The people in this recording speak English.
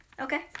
Okay